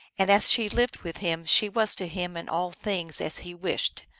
and as she lived with him she was to him in all things as he wished,